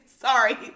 sorry